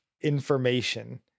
information